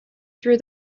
through